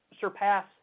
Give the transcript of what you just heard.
surpass